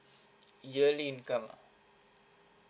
yearly income ah